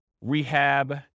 rehab